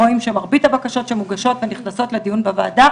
רואים שמרבית הבקשות שמוגשות ונכנסות לדיון בוועדה,